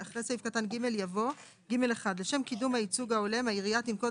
אחרי סעיף קטן (ג) יבוא: (ג1) לשם קידום הייצוג ההולם העיריה תנקוט